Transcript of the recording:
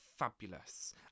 fabulous